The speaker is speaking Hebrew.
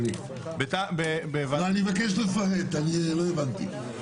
אני מבקש לפרט, אני לא הבנתי.